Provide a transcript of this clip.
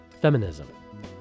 feminism